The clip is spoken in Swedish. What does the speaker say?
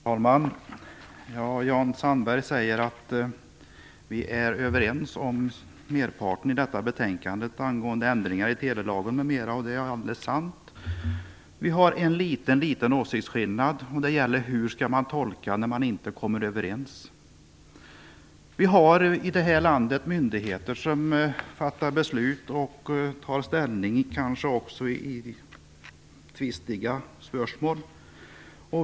Herr talman! Jan Sandberg säger att vi är överens om merparten i detta betänkande angående ändringar i telelagen m.m., och det är alldeles riktigt. Det finns en liten åsiktsskillnad, och det gäller hur man skall tolka när man inte kommer överens. Vi har i det här landet myndigheter som fattar beslut och tar ställning, kanske också i tvistiga spörsmål.